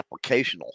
applicational